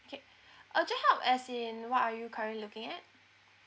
okay uh just help as in what are you currently looking at